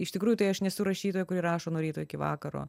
iš tikrųjų tai aš nesu rašytoja kuri rašo nuo ryto iki vakaro